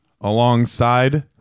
alongside